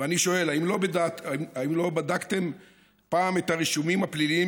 ואני שואל: האם לא בדקתם פעם את הרישומים הפליליים,